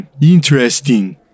Interesting